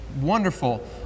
wonderful